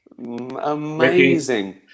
Amazing